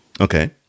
okay